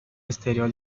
exterior